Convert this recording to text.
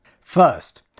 First